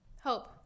Hope